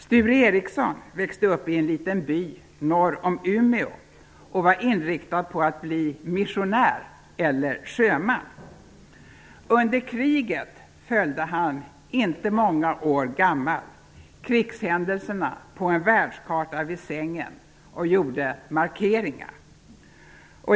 Sture Ericson växte upp i en liten by norr om Umeå och var inriktad på att bli missionär eller sjöman. Under kriget följde han -- inte många år gammal -- krigshändelserna på en världskarta vid sängen och gjorde markeringar.